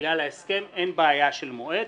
בגלל ההסכם אין בעיה של מועד,